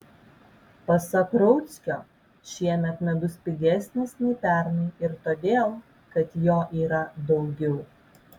pasak rauckio šiemet medus pigesnis nei pernai ir todėl kad jo yra daugiau